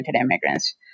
immigrants